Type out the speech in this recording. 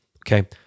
okay